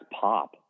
pop